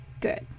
good